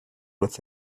with